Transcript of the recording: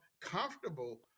comfortable